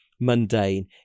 mundane